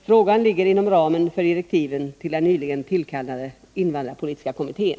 Frågan ligger inom ramen för direktiven till den nyligen tillkallade invandrarpolitiska kommittén.